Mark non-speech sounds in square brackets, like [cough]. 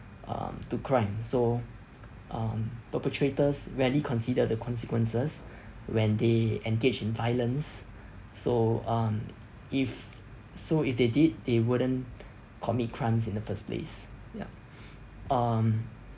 um to crime so um perpetrators rarely consider the consequences when they engage in violence so um if so if they did they wouldn't commit crimes in the first place ya [breath] um